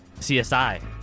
CSI